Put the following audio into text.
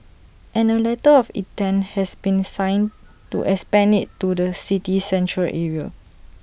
and A letter of intent has been signed to expand IT to the city's Central Area